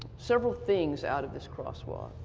several things out of this crosswalk.